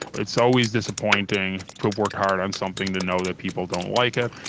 it's always disappointing to have worked hard on something to know that people don't like it.